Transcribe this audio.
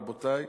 רבותי,